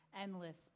endless